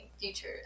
future